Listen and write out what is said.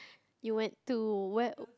you went to where